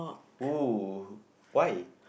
!wow! why